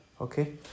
Okay